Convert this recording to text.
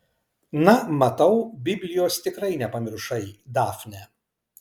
na matau biblijos tikrai nepamiršai dafne